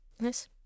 yes